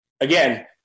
again